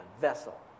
vessel